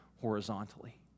horizontally